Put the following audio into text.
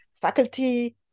faculty